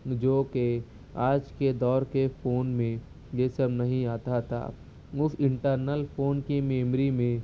جو کہ آج کے دور کے فون میں یہ سب نہیں آتا تھا اس انٹرنل فون کی میمری میں